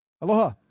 Aloha